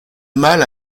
mal